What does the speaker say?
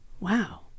Wow